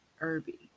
irby